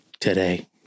today